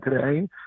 today